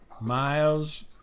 Miles